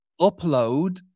upload